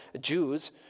Jews